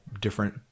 different